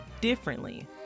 differently